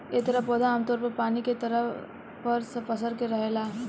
एह तरह पौधा आमतौर पर पानी के सतह पर पसर के रहेला